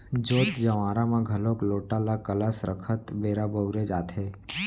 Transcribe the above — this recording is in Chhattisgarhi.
जोत जँवारा म घलोक लोटा ल कलस रखत बेरा बउरे जाथे